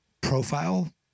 profile